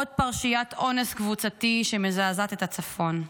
עוד פרשיית אונס קבוצתי שמזעזעת את הצפון.